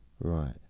Right